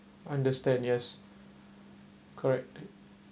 understand yes correct